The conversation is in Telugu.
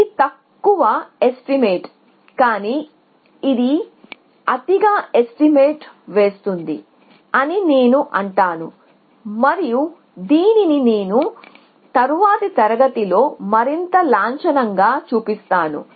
ఇది తక్కువ ఎస్టిమేట్ కాని ఇది అతిగా ఎస్టిమేట్ వేస్తుంది అని నేను అంటాను మరియు దీనిని నేను తరువాతి తరగతిలో మరింత లాంఛనంగా చూపిస్తాను